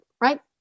right